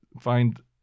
find